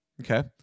Okay